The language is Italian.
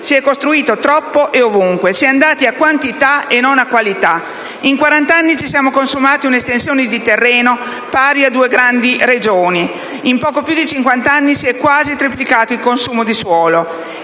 si è costruito troppo e ovunque, si è andati a quantità e non a qualità. In quarant' anni ci siamo consumati un'estensione di terreno pari a due grandi Regioni; in poco più di cinquant'anni si è quasi triplicato il consumo di suolo.